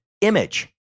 image